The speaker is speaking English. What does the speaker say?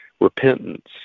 repentance